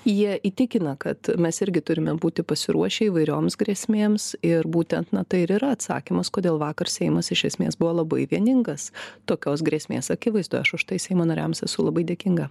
jie įtikina kad mes irgi turime būti pasiruošę įvairioms grėsmėms ir būtent na tai ir yra atsakymas kodėl vakar seimas iš esmės buvo labai vieningas tokios grėsmės akivaizdoje aš už tai seimo nariams esu labai dėkinga